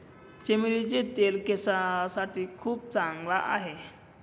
चमेलीचे तेल केसांसाठी खूप चांगला आहे